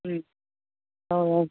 ꯎꯝ